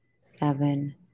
seven